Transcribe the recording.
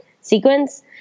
sequence